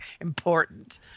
important